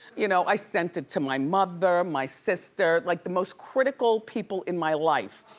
you know, i sent it to my mother, my sister, like the most critical people in my life.